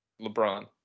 LeBron